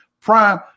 prime